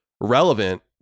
relevant